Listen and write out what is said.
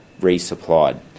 resupplied